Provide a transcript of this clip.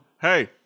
hey